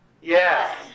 Yes